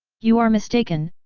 you are mistaken,